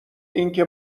اینکه